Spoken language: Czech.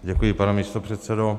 Děkuji, pane místopředsedo.